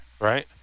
Right